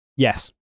Yes